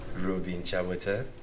robin chabota?